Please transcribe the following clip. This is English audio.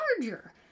larger